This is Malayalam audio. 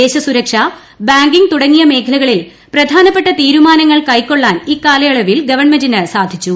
ദേശ സുരക്ഷ ബാങ്കിംഗ് തുടങ്ങിയ മേഖലകളിൽ പ്രധാനപ്പെട്ട തീരുമാനങ്ങൾ കൈക്കൊള്ളാൻ ഇക്കാലയളവിൽ ഗവൺമെന്റിന് സാധിച്ചു